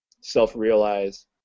self-realize